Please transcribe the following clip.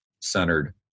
centered